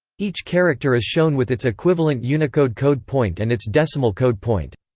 each character is shown with its equivalent unicode code point and its decimal code point.